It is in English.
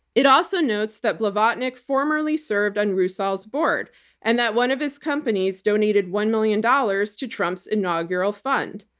it also notes that blavatnik formerly served on rusal's board and that one of his companies donated one million dollars to trump's inaugural fund.